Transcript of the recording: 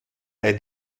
bei